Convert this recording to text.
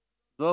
בשלטון,